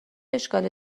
اشکالی